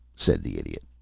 said the idiot.